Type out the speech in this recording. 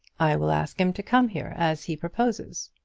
i will ask him to come here, as he proposes.